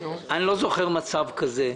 אני לא זוכר מצב כזה.